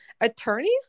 Attorneys